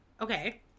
Okay